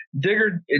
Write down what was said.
Digger